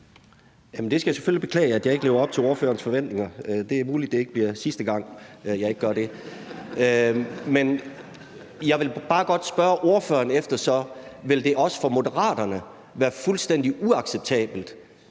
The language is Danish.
Jeg skal selvfølgelig beklage, at jeg ikke lever op til ordførerens forventninger. Det er muligt, det ikke bliver sidste gang, jeg ikke gør det. Men jeg vil bare godt spørge ordføreren, om det også for Moderaterne vil være fuldstændig uacceptabelt,